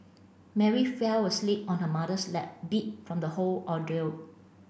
Mary fell asleep on her mother's lap beat from the whole ordeal